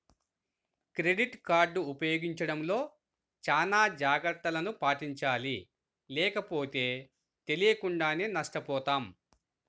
credit card ఉపయోగించడంలో చానా జాగర్తలను పాటించాలి లేకపోతే తెలియకుండానే నష్టపోతాం